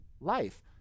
life